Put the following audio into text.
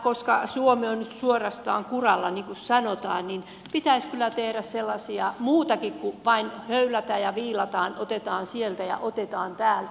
koska suomi on nyt suorastaan kuralla niin kuin sanotaan niin pitäisi kyllä tehdä muutakin kuin vain höylätä ja viilata otetaan sieltä ja otetaan täältä